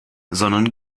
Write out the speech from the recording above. sondern